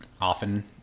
often